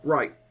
Right